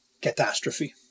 catastrophe